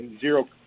zero